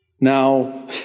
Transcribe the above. Now